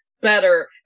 better